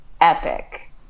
epic